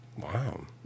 Wow